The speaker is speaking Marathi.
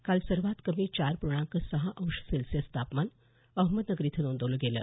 काल सर्वात कमी चार पूर्णांक सहा अंश सेल्सिअस तापमान अहमदनगर इथं नोंदवलं गेलं